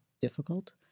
difficult